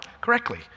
correctly